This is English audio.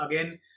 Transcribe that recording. again